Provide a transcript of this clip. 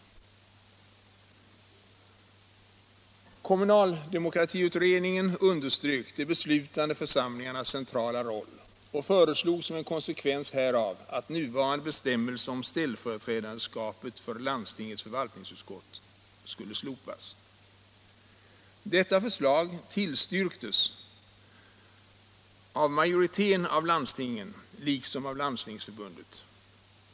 å Kommunaldemokratiutredningen underströk de beslutande församlingarnas centrala roll och föreslog som en konsekvens härav att nuvarande bestämmelse om ställföreträdarskapet för landstingets förvaltningsutskott skulle slopas. Detta förslag tillstyrktes av majoriteten av landstingen liksom av Landstingsförbundet.